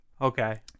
Okay